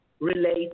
relate